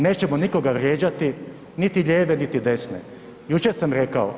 Nećemo nikoga vrijeđati, niti lijeve niti desne, jučer sam rekao.